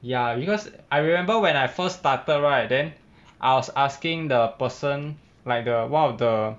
ya because I remember when I first started right then I was asking the person like the one of the